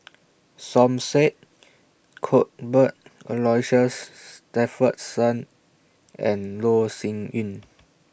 Som Said Cuthbert Aloysius Shepherdson and Loh Sin Yun